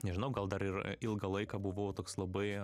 nežinau gal dar ir ilgą laiką buvau toks labai